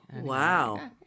Wow